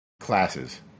classes